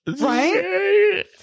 Right